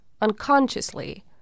unconsciously